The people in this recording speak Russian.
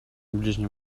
ближнем